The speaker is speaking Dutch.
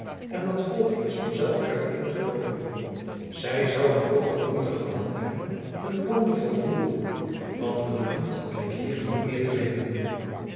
en dat volkjen is van zelf uit een geloopen zy zouden ook wat moeite gehad hebben hun plan te volvoeren want van avond ben ik hier niet meer te vinden